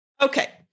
Okay